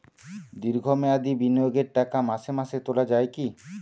দীর্ঘ মেয়াদি বিনিয়োগের টাকা মাসে মাসে তোলা যায় কি?